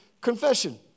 confession